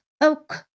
oak